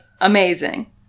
Amazing